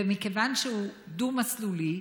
ומכיוון שהוא דו-מסלולי,